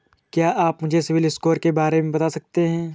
क्या आप मुझे सिबिल स्कोर के बारे में बता सकते हैं?